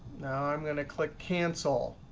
now i'm going to click cancel.